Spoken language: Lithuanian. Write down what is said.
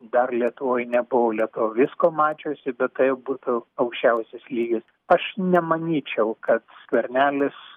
dar lietuvoj nebuvo lietuva visko mačiusi bet tai jau būtų aukščiausias lygis aš nemanyčiau kad skvernelis